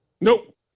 Nope